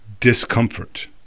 discomfort